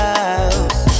house